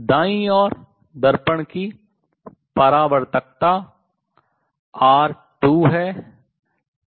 दाईं ओर दर्पण की परावर्तकत्ता R2 है